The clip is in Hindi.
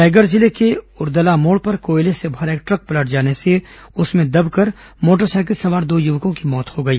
रायगढ़ जिले के उरदला मोड़ पर कोयले से भरा एक ट्रक पलट जाने से उसमें दबकर मोटरसाइकिल सवार दो युवकों की मौत हो गई